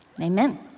Amen